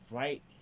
right